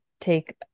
take